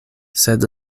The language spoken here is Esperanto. sed